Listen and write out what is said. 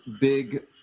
big